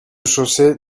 chaussée